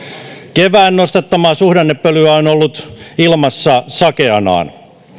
kevään nostattamaa suhdannepölyä on ollut ilmassa sakeanaan